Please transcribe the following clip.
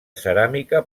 ceràmica